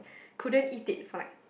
couldn't eat it for like